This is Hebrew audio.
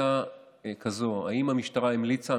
מינהלת רשות המעברים ומינהלת קשת צבעים.